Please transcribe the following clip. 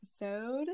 episode